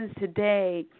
today